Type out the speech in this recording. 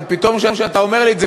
אבל פתאום כשאתה אומר לי את זה,